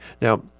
Now